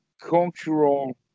cultural